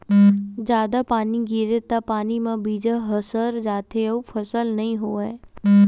जादा पानी गिरगे त पानी म बीजा ह सर जाथे अउ फसल नइ होवय